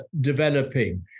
developing